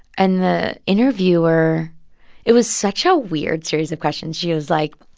and the interviewer it was such a weird series of questions. she was like,